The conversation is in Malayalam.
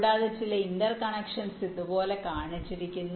കൂടാതെ ചില ഇന്റർകണക്ഷൻസ് ഇതുപോലെ കാണിച്ചിരിക്കുന്നു